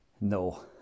no